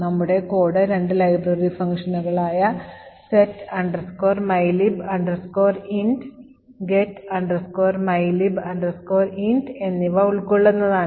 നമ്മുടെ കോഡ് രണ്ട് ലൈബ്രറി ഫംഗ്ഷനുകളായ set mylib int get mylib int എന്നിവ ഉൾക്കൊള്ളുന്നതാണ്